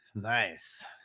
Nice